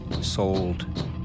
sold